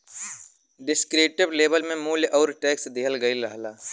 descriptive label में मूल्य आउर टैक्स दिहल गयल रहला